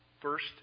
First